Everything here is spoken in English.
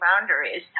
boundaries